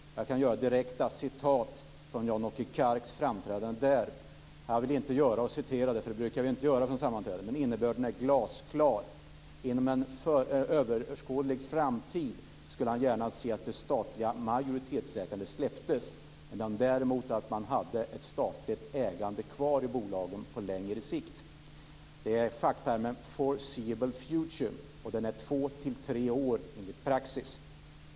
Jag skulle kunna återge direkta citat från Jan-Åke Karks framträdande där, men jag vill inte göra det eftersom vi inte brukar citera från sammanträden. Men innebörden är glasklar. Han skulle gärna se att det statliga majoritetsägandet släpptes inom överskådlig framtid samtidigt som han gärna skulle se att man hade ett statligt ägande kvar i bolaget på längre sikt. Facktermen är for-seeable future, och den är två-tre år enligt praxis.